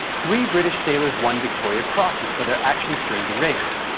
three british sailors won victoria crosses for their actions during the raids.